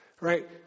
right